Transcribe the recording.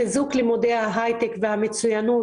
חיזוק לימודי ההיי-טק והמצוינות.